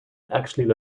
actually